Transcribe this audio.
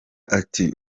ati